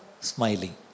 smiling